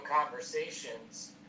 conversations